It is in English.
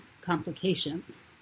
complications